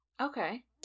Okay